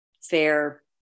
fair